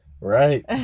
Right